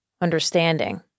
understanding